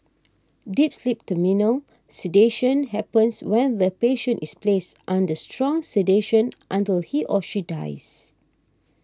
deep sleep Terminal sedation happens when the patient is placed under strong sedation until he or she dies